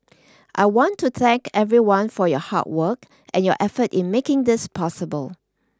I want to thank everyone for your hard work and your effort in making this possible